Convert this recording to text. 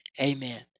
Amen